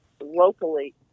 locally